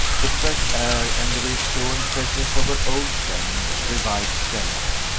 the fresh air, and the reassuring presence of her old friend, revived stella.